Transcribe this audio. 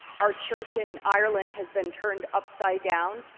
our church in ireland has been turned upside down,